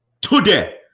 today